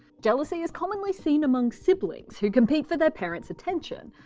jealousy is commonly seen among siblings, who compete for their parents' attention,